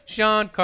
Sean